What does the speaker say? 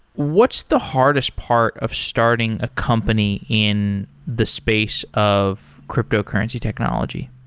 what's the hardest part of starting a company in the space of cryptocurrency technology?